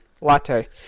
latte